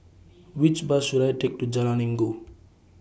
Which Bus should I Take to Jalan Inggu